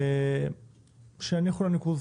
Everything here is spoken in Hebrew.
ושיניחו לניקוז